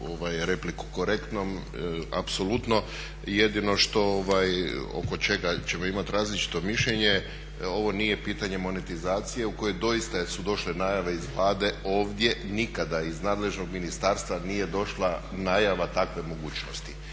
repliku korektnom apsolutno, jedino što oko čega ćemo imati različito mišljenje ovo nije pitanje monetizacije u kojoj doista su došle najave iz Vlade, ovdje nikada iz nadležnog ministarstva nije došla najava takve mogućnost.